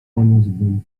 poniósłbym